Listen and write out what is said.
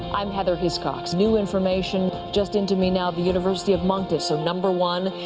i'm heather hiscox. new information just into me now, the university of moncton. so number one,